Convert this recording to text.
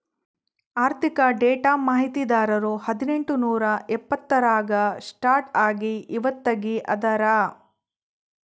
ಆರ್ಥಿಕ ಡೇಟಾ ಮಾಹಿತಿದಾರರು ಹದಿನೆಂಟು ನೂರಾ ಎಪ್ಪತ್ತರಾಗ ಸ್ಟಾರ್ಟ್ ಆಗಿ ಇವತ್ತಗೀ ಅದಾರ